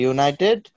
United